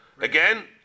Again